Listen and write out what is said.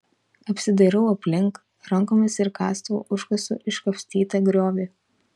apsidairau aplink rankomis ir kastuvu užkasu iškapstytą griovį